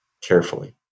carefully